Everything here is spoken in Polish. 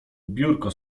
biurko